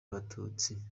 abatutsi